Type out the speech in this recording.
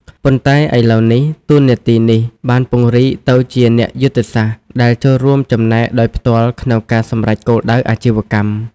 ប៉ុន្តែឥឡូវនេះ តួនាទីនេះបានពង្រីកទៅជាអ្នកយុទ្ធសាស្ត្រ ដែលចូលរួមចំណែកដោយផ្ទាល់ក្នុងការសម្រេចគោលដៅអាជីវកម្ម។